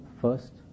first